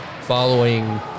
following